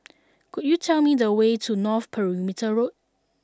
could you tell me the way to North Perimeter Road